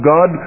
God